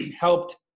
helped